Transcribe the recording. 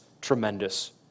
tremendous